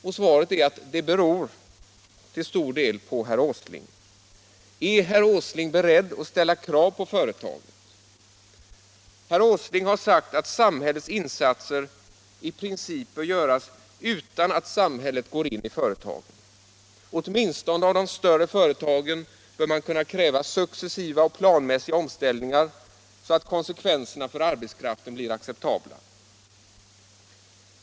Och svaret beror till stor del på herr Åsling. Är herr Åsling beredd att ställa krav på företaget? Herr Åsling har sagt att samhällets insatser i princip bör göras utan att samhället går in i företagen. Åtminstone av de större företagen bör man kunna kräva successiva och planmässiga omställningar så att konsekvenserna för arbetskraften blir acceptabla.